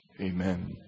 amen